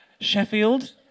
Sheffield